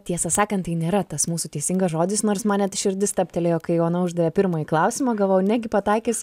tiesą sakant tai nėra tas mūsų teisingas žodis nors man net širdis stabtelėjo kai ona uždavė pirmąjį klausimą galvojau negi pataikys